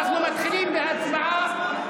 אנחנו מתחילים בהצבעה.